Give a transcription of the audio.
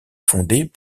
fondées